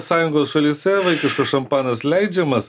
sąjungos šalyse vaikiškas šampanas leidžiamas